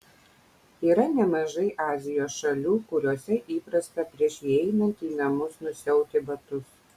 yra nemažai azijos šalių kuriose įprasta prieš įeinant į namus nusiauti batus